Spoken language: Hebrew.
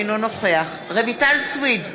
אינו נוכח רויטל סויד,